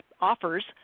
offers